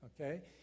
okay